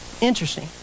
Interesting